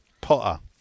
Potter